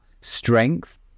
strength